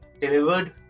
delivered